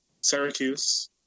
Syracuse